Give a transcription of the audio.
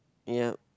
yup